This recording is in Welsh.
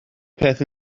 peth